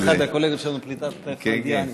כמו שאומר אחד הקולגות שלנו, פליטת פה פרוידיאנית.